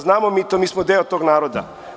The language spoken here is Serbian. Znamo mi to, mi smo deo tog naroda.